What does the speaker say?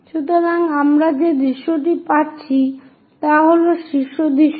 সুতরাং আমরা যে দৃশ্যটি পাচ্ছি তা হল একটি শীর্ষ দৃশ্য